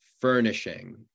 furnishing